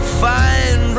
find